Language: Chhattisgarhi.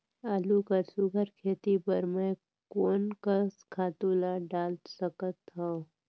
आलू कर सुघ्घर खेती बर मैं कोन कस खातु ला डाल सकत हाव?